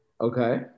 Okay